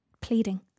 pleading